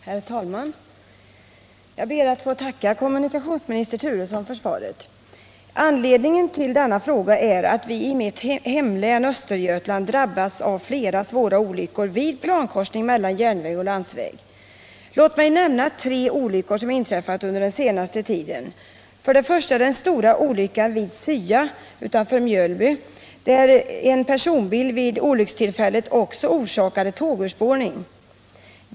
Herr talman! Jag ber att få tacka kommunikationsminister Turesson för svaret. Anledningen till denna fråga är att vi i mitt hemlän Östergötland drabbats av flera svåra olyckor vid plankorsning mellan järnväg och landsväg. Låt mig nämna tre olyckor som inträffat under den senaste tiden. Den första var den stora olyckan vid Sya utanför Mjölby där en personbil vid olyckstillfället orsakade tågurspårning.